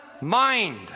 mind